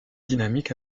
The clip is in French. dynamique